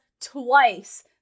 twice